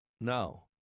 No